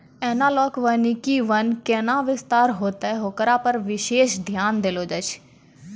एनालाँक वानिकी वन कैना विस्तार होतै होकरा पर विशेष ध्यान देलो जाय छै